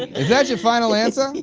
is that your final answer?